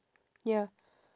ya